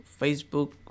Facebook